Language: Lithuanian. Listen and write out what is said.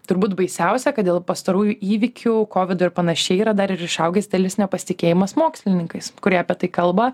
turbūt baisiausia kad dėl pastarųjų įvykių kovidų ir panašiai yra dar ir išaugęs dalis nepasitikėjimas mokslininkais kurie apie tai kalba